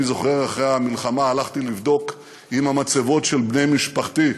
אני זוכר שאחרי המלחמה הלכתי לבדוק אם המצבות של בני משפחתי,